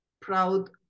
proud